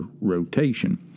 rotation